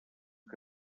que